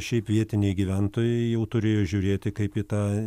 šiaip vietiniai gyventojai jau turėjo žiūrėti kaip į tą